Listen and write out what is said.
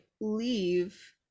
leave